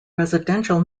residential